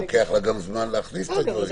אבל לוקח לה גם זמן להכניס את הדברים.